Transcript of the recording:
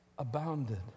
abounded